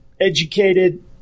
educated